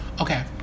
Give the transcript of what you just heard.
Okay